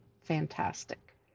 fantastic